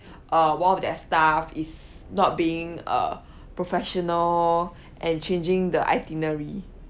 uh one of their staff is not being uh professional and changing the itinerary